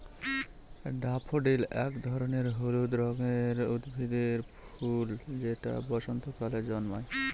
daffodil এক ধরনের হলুদ রঙের উদ্ভিদের ফুল যেটা বসন্তকালে জন্মায়